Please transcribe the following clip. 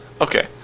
Okay